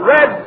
Red